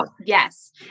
yes